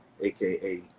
aka